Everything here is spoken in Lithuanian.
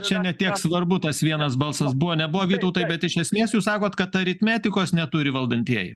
čia ne tiek svarbu tas vienas balsas buvo nebuvo vytautai bet iš esmės jūs sakot kad aritmetikos neturi valdantieji